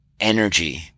energy